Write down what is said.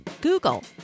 Google